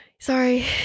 Sorry